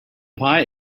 pie